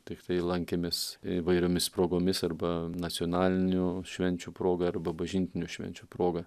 tiktai lankėmės įvairiomis progomis arba nacionalinių švenčių proga arba bažnytinių švenčių proga